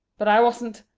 but i wasn't.